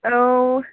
औ